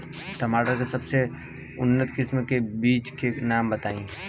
टमाटर के सबसे उन्नत किस्म के बिज के नाम बताई?